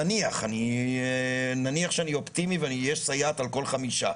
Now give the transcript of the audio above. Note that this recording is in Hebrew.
נניח שאני אופטימי ויש סייעת על כל חמישה.